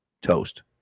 Toast